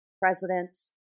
presidents